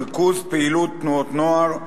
ריכוז פעילות תנועות נוער,